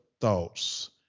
thoughts